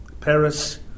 Paris